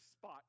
spot